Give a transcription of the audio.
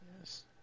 Yes